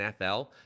NFL